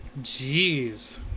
jeez